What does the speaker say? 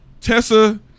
Tessa